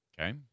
okay